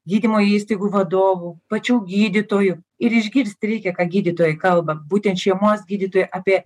gydymo įstaigų vadovų pačių gydytojų ir išgirst reikia ką gydytojai kalba būtent šeimos gydytojai apie